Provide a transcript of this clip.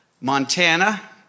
Montana